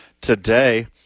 today